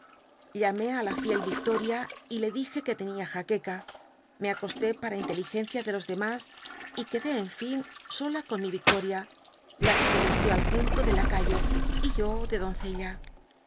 llamé á la fiel victoria y le dije que tenía jaqueca me acosté para inteligencia de los demás y quedé enfin sola con mi victoria la que se vistió al punto dé lacayo y yo de doncella vino